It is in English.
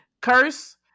curse